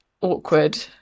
awkward